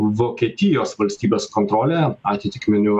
vokietijos valstybės kontrole atitikmeniu